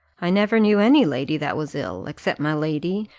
i never knew any lady that was ill, except my lady,